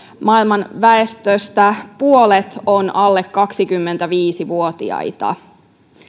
maailman väestöstä puolet on alle kaksikymmentäviisi vuotiaita